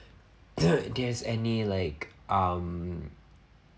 there is any like um